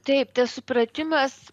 taip tas supratimas